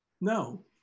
no